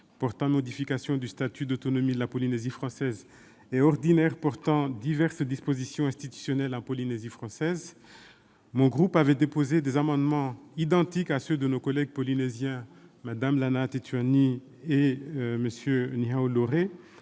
portant modification du statut d'autonomie de la Polynésie française et ordinaire portant diverses dispositions institutionnelles en Polynésie française, mon groupe avait déposé des amendements identiques à ceux de nos collègues polynésiens, Mme Lana Tetuanui et M. Nuihau Laurey,